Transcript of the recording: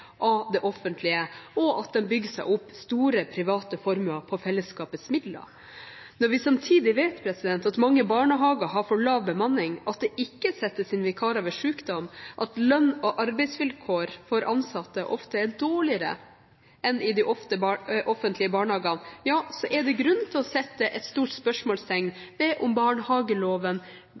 av det offentlige, og at de bygger seg opp store private formuer på fellesskapets midler. Når vi samtidig vet at mange barnehager har for lav bemanning, at det ikke settes inn vikarer ved sykdom, og at lønns- og arbeidsvilkår for ansatte ofte er dårligere enn i de offentlige barnehagene, er det grunn til å sette et stort spørsmålstegn ved om barnehageloven